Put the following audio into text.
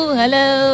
hello